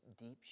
deep